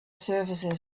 surfaces